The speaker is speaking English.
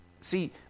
See